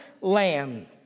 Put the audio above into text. lamb